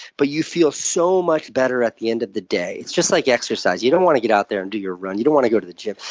but you feel so much better at the end of the day. it's just like exercise you don't want to get out there and do your run. you don't want to go to the gym.